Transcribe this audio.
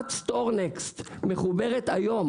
חברת "סטורנקסט" מחוברת היום,